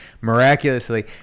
miraculously